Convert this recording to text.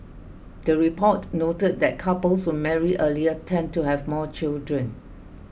the report noted that couples who marry earlier tend to have more children